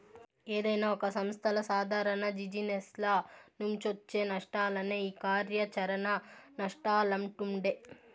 ఏదైనా ఒక సంస్థల సాదారణ జిజినెస్ల నుంచొచ్చే నష్టాలనే ఈ కార్యాచరణ నష్టాలంటుండె